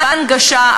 בהנגשה.